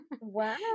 Wow